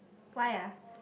why ah